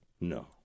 No